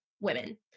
women